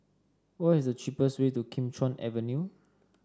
what is the cheapest way to Kim Chuan Avenue